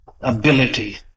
Ability